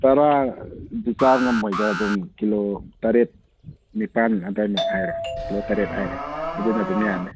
ꯇꯔꯥꯗꯤ ꯆꯥꯕ ꯉꯝꯃꯣꯏꯗ ꯑꯗꯨꯝ ꯀꯤꯂꯣ ꯇꯔꯦꯠ ꯅꯤꯄꯥꯟ ꯑꯗꯥꯏꯃꯨꯛ ꯍꯥꯏꯔꯣ ꯀꯤꯂꯣ ꯇꯔꯦꯠ ꯍꯥꯏꯔꯣ ꯑꯗꯨꯅ ꯑꯗꯨꯝ ꯌꯥꯅꯤ